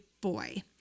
boy